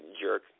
jerk